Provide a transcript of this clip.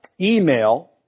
email